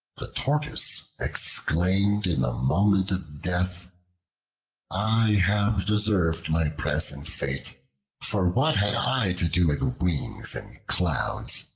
the tortoise exclaimed in the moment of death i have deserved my present fate for what had i to do with wings and clouds,